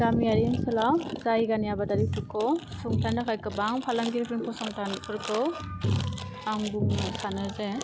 गामियारि ओनसोलाव जायगानि आबादारिफोरखौ सुंथानो थाखाय गोबां फालांगियारिफोर फसंथानफोरखौ आं बुंनो सानोजे